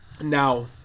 Now